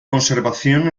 conservación